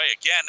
again